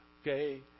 Okay